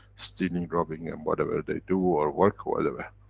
stealing, robbing and whatever they do, or work, whatever.